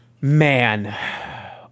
man